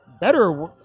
Better